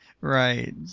Right